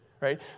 right